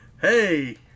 Hey